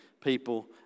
people